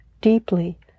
deeply